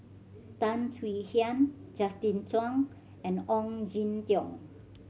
Tan Swie Hian Justin Zhuang and Ong Jin Teong